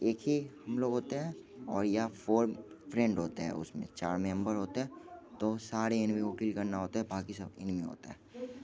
एक ही लोग होते हैं और या फोर फ्रेंड होते हैं उसमें चार मेंबर होते हैं तो सारे एनिमी को किल करना होता है बाकी सब एनिमी होता है